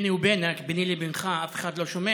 ביני ובינכ, ביני לבינך, אף אחד לא שומע: